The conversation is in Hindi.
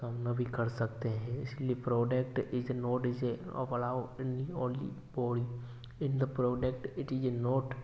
सामना भी कर सकते हैं इसलिए product is not is a का allowed in only for in in the product it is a note